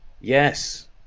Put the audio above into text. Yes